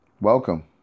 Welcome